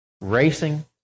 racing